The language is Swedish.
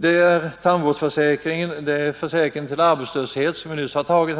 Det är tandvårdsförsäkringen, försäkringen mot arbetslöshet, som vi nyss har tagit,